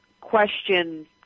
question